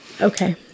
Okay